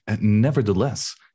nevertheless